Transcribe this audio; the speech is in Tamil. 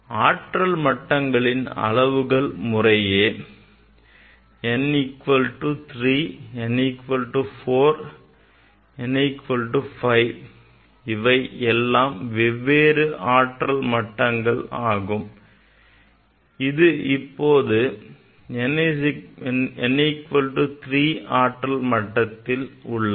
ஆற்றல் மட்டங்களில் அளவுகள் முறையே n equal to 3 n equal to 4 n equal to 5 இவை எல்லாம் வெவ்வேறு ஆற்றல் மட்டங்கள் ஆகும் இது இப்போது n equal to 3 ஆற்றல் மட்டத்தில் உள்ளது